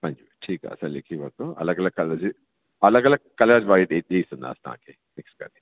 ठीकु आहे असां लिखी वरितो अलॻि अलॻि कलर वाइज़ ॾी ॾेई छॾदांसीं तव्हां खे मिक्स करे